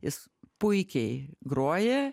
jis puikiai groja